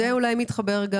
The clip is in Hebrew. זה אולי מתחבר,